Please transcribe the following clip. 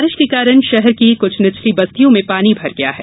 बारिश के कारण शहर की कुछ निचली बस्तियों में पानी भर गया है